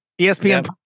ESPN